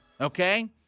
okay